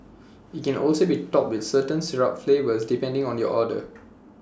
IT can also be topped with certain syrup flavours depending on your order